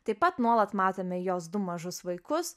taip pat nuolat matome jos du mažus vaikus